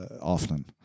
often